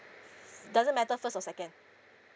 it doesn't matter first or second